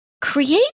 Create